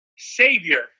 savior